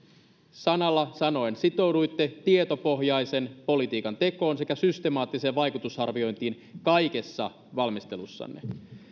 sanalla sanoen sitouduitte tietopohjaisen politiikan tekoon sekä systemaattiseen vaikutusarviointiin kaikessa valmistelussanne